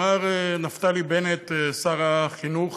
אמר נפתלי בנט, שר החינוך,